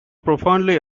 profoundly